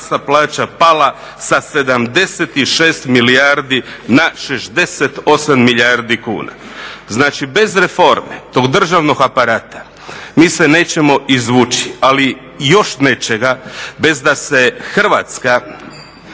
plaća pala sa 76 milijardi na 68 milijardi kuna. Znači bez reforme tog državnog aparata mi se nećemo izvući. Ali još nečega, bez da se Hrvatska